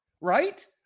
right